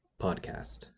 podcast